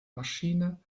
maschine